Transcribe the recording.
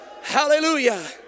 Hallelujah